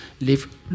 live